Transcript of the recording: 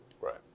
right